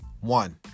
one